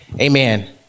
Amen